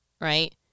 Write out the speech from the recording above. Right